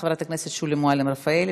חברת הכנסת שולי מועלם-רפאלי,